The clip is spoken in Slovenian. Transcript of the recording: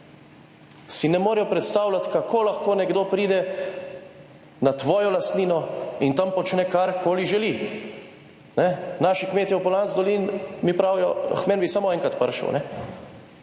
si ne morejo predstavljati, kako lahko nekdo pride na tvojo lastnino in tam počne karkoli želi. Naši kmetje v Poljanski dolini mi pravijo, k meni bi samo enkrat prišel,